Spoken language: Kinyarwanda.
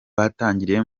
batangiriye